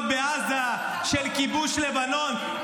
בעזה ------- של כיבוש לבנון.